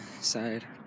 side